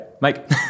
Mike